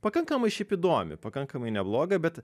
pakankamai šiaip įdomi pakankamai nebloga bet